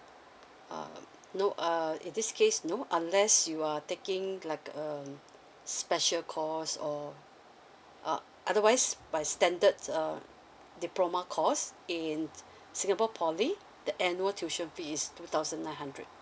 uh no err in this case no unless you are taking like um special course or uh otherwise by standards um diploma course in singapore poly the annual tuition fees two thousand nine hundred